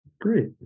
Great